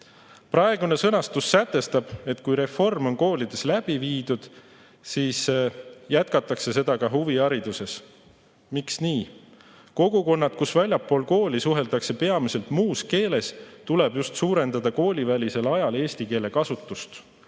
alates. Praegune sõnastus sätestab, et kui reform on koolides läbi viidud, siis jätkatakse seda ka huvihariduses. Miks nii? Kogukonnas, kus väljaspool kooli suheldakse peamiselt muus keeles, tuleb just suurendada koolivälisel ajal eesti keele kasutust.